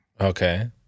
Okay